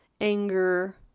anger